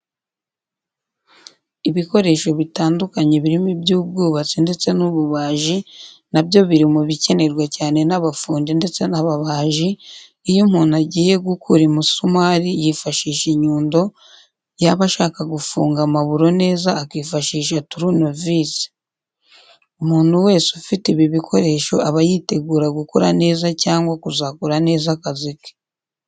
Ibikoresho bitandukanye birimo iby'ubwubatsi ndetse n'ububaji, na byo biri mu bikenerwa cyane n'abafundi ndetse n'ababaji, iyo umuntu agiye gukura imisumari yifashisha inyundo, yaba ashaka gufunga amaburo neza akifashisha turunevise. Umuntu wese ufite ibi bikoresho aba yitegura gukora neza cyangwa kuzakora neza akazi ke.